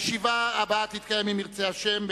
מוועדת הפנים והגנת הסביבה לוועדת החוקה,